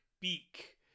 beak